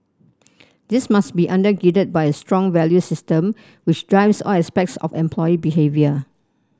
this must be under girded by a strong values system which drives all aspects of employee behaviour